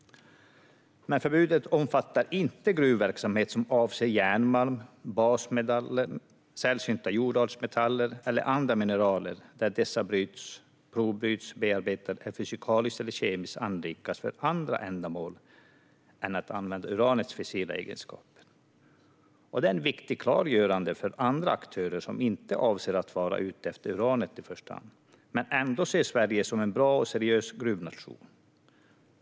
Förbudet omfattar inte gruvverksamhet som avser järnmalm, basmetaller, sällsynta jordartsmetaller eller andra mineraler där dessa bryts, provbryts, bearbetas eller fysikaliskt eller kemiskt anrikas för andra ändamål än att använda uranets fissila egenskaper. Detta är ett viktigt klargörande för andra aktörer som inte i första hand är ute efter uranet men som ändå ser Sverige som en bra och seriös gruvnation.